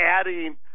adding